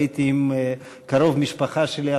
הייתי עם קרוב משפחה שלי,